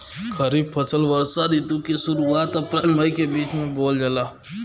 खरीफ फसल वषोॅ ऋतु के शुरुआत, अपृल मई के बीच में बोवल जाला